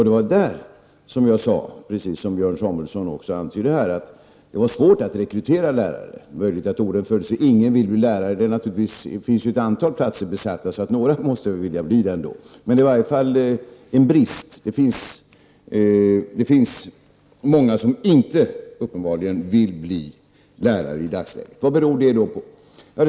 Det var om det som jag sade, precis som Björn Samuelson också antydde, att det är svårt att rekrytera lärare. Det är möjligt att orden föll så, att ingen vill bli lärare. Men det finns ett antal utbildningsplatser besatta, så några vill ju ändå bli lärare. Men det råder i varje fall en brist. Det finns uppenbarligen många som inte vill bli lärare i dagsläget. Vad beror det på?